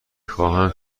خواهم